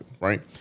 right